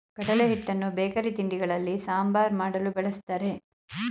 ಕಡಲೆ ಹಿಟ್ಟನ್ನು ಬೇಕರಿ ತಿಂಡಿಗಳಲ್ಲಿ, ಸಾಂಬಾರ್ ಮಾಡಲು, ಬಳ್ಸತ್ತರೆ